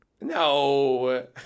no